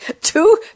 Two